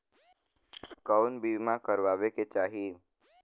कउन बीमा करावें के चाही?